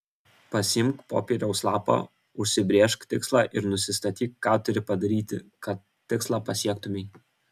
pasiimk popieriaus lapą užsibrėžk tikslą ir nusistatyk ką turi padaryti kad tikslą pasiektumei